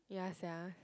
ya sia